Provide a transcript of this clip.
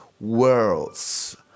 Worlds